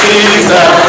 Jesus